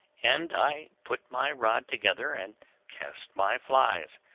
and i put my rod together and cast my flies,